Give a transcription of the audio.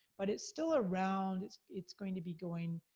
but it's still around. it's it's going to be going,